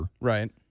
Right